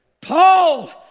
Paul